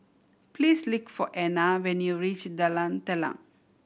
please for Ena when you reach Talan Telang